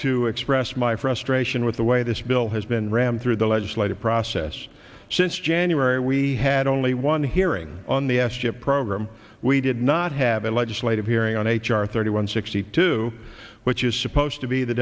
to express my frustration with the way this bill has been rammed through the legislative process since january we had only one hearing on the s chip program we did not have a legislative hearing on h r thirty one sixty two which is supposed to be the